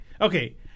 Okay